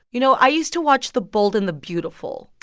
you know, i used to watch the bold and the beautiful.